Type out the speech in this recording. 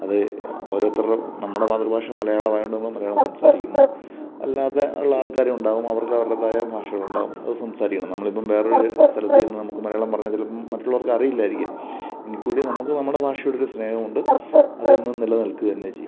അത് ഓരോരുത്തരുടെ നമ്മുടെ മാതൃഭാഷ മലയാളമായതുകൊണ്ട് നമ്മൾ മലയാളം സംസാരിക്കുന്നു അല്ലാതെ ഉള്ള ആൾക്കാരുമുണ്ടാവും അവർക്ക് അവരുടേതായ ഭാഷകളുണ്ടാവും അത് സംസാരിക്കണം നമ്മളിപ്പം വേറൊരു സ്ഥലത്ത് ചെന്ന് നമുക്ക് മലയാളം പറഞ്ഞാൽ ചിലപ്പം മറ്റുള്ളവർക്കറിയില്ലായിരിക്കാം എങ്കിൽക്കൂടി നമുക്ക് നമ്മുടെ ഭാഷയോടൊരു സ്നേഹവുണ്ട് അതെന്നും നിലനിൽക്കുകതന്നെ ചെയ്യും